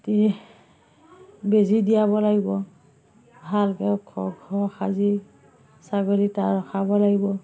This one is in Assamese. বেজী দিয়াব লাগিব ভালকে ওখ ঘৰ সাজি ছাগলী তাত ৰখাব লাগিব